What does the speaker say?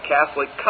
Catholic